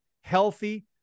healthy